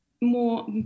more